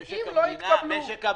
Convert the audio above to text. אוקיי.